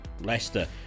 Leicester